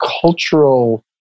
cultural